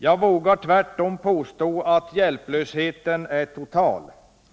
Jag vågar tvärtom påstå att hjälplösheten är total.